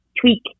tweak